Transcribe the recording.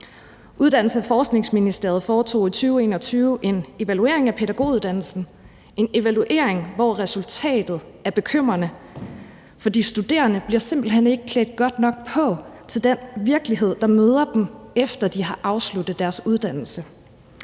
Uddannelses- og Forskningsministeriet foretog i 2021 en evaluering af pædagoguddannelsen. Det er en evaluering, hvor resultatet er bekymrende, for de studerende bliver simpelt hen ikke klædt godt nok på til den virkelighed, der møder dem, efter de har afsluttet deres uddannelse.